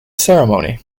ceremony